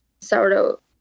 sourdough